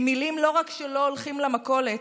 עם מילים לא רק שלא הולכים למכולת,